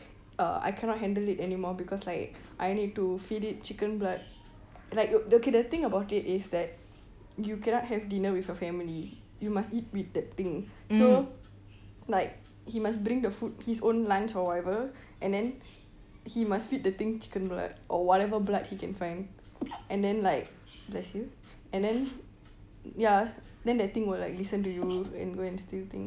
uh I cannot handle it anymore because like I need to feed it chicken blood the thing about it is that you cannot have dinner with your family you must it with the thing so like he must bring the food his own lunch or whatever and then and then he must feed the thing chicken blood or whatever blood he can find and then like bless you and then ya then that thing will like listen to you and go and steal things